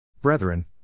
Brethren